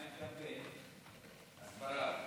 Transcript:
ומה עם קמפיין, הסברה?